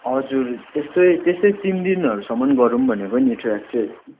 हजुर त्यस्तै त्यस्तै तिन दिनहरूसम्मा गरौँ भनेको नि ट्रेक चाहिँ